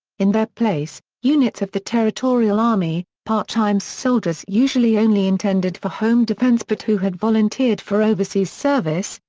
in their place, units of the territorial army, part-time soldiers usually only intended for home defence but who had volunteered for overseas service,